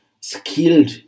skilled